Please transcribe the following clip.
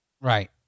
Right